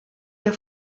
mehr